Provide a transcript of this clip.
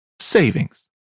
savings